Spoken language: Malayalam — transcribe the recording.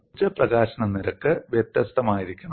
അതായത് ഊർജ്ജ പ്രകാശന നിരക്ക് വ്യത്യസ്തമായിരിക്കണം